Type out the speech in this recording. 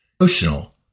Emotional